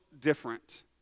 different